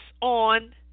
on